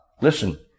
Listen